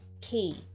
key